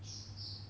so is like